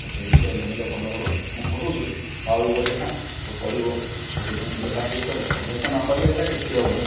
ତ ସେ ବିଷୟରେ ଜାଣିଲେ ଭଲ ହେବ ମୁଁ କହୁଛି ତ ଆଉ ଗୋଟେ କଣ ତୁ ପଢ଼ିବୁ ସବୁଦିନ ଟିକେ ପ୍ରାକ୍ଟିସ କରେ ଅଭ୍ୟାସ ନ କଲେ ଏଇଟା କିଛି ହେବନାଇଁ